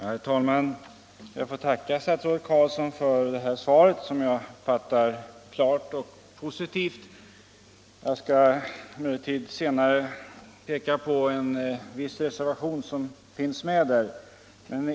Herr talman! Jag får tacka statsrådet Carlsson för svaret, som jag uppfattar såsom klart och positivt. Jag skall emellertid senare peka på en viss reservation som finns med där.